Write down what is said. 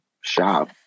shop